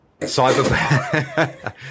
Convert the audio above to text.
cyber